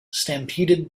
stampeded